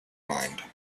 mind